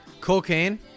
Cocaine